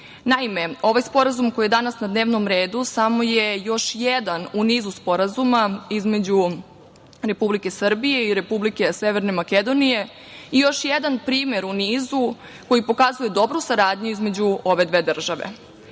ovaj sporazum koji je danas na dnevnom redu samo je još jedan u nizu sporazuma između Republike Srbije i Republike Severne Makedonije i još jedan primer u nizu koji pokazuje dobru saradnju između ove dve